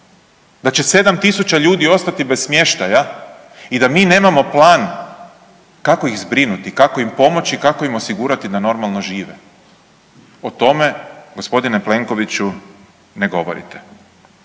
da će 7000 ljudi ostati bez smještaja i da mi nemamo plan kako ih zbrinuti, kako im pomoći, kako im osigurati da normalno žive. O tome gospodine Plenkoviću, ne govorite.